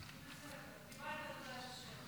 בסדר, קיבלת תעודת הכשר.